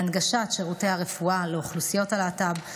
להנגשת שירותי הרפואה לאוכלוסיות הלהט"ב,